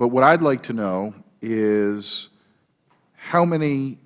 but what i would like to know is how many